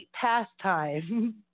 pastime